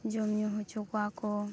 ᱡᱚᱢᱼᱧᱩ ᱦᱚᱪᱚ ᱠᱚᱣᱟᱠᱚ